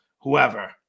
whoever